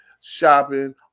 shopping